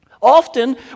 Often